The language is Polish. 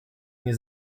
nie